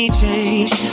change